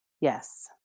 Yes